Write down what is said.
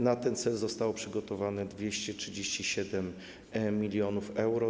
Na ten cel zostało przygotowane 237 mln euro.